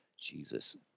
Jesus